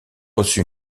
reçu